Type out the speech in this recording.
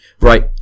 Right